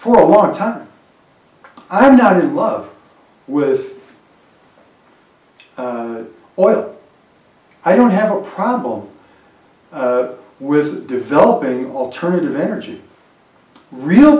for a long time i'm not in love with oil i don't have a problem with developing alternative energy real